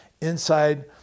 inside